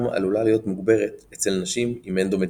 עלולה להיות מוגברת אצל נשים עם אנדומטריוזיס.